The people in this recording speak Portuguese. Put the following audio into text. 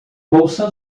bolsa